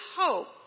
hope